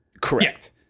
correct